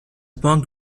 بانک